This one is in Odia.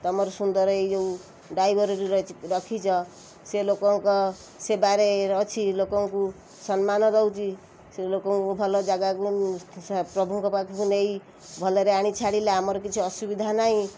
ତୁମର ସୁନ୍ଦର ଏଇ ଡ୍ରାଇଭର୍ ଯେଉଁ ରହିଛି ରଖିଛ ସିଏ ଲୋକଙ୍କ ସେବାରେ ଅଛି ଲୋକଙ୍କୁ ସମ୍ମାନ ଦଉଛି ସେ ଲୋକଙ୍କୁ ଭଲ ଜାଗାକୁ ପ୍ରଭୁଙ୍କ ପାଖକୁ ନେଇ ଭଲରେ ଆଣି ଛାଡ଼ିଲା ଆମର କିଛି ଅସୁବିଧା ନାହିଁ